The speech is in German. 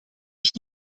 ich